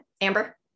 Amber